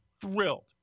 thrilled